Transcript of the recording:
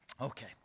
Okay